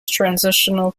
transitional